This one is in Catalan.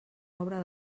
obra